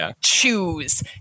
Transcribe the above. choose